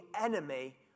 enemy